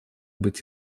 быть